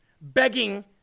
begging